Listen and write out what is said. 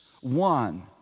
one